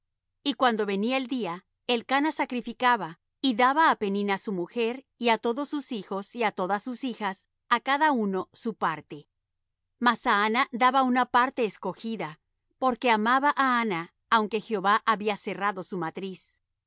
y cuando venía el día elcana sacrificaba y daba á peninna su mujer y á todos sus hijos y á todas sus hijas á cada uno su parte mas á anna daba una parte escogida porque amaba á anna aunque jehová había cerrado su matriz